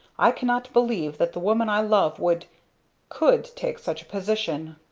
i cannot believe that the woman i love would could take such a position.